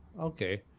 Okay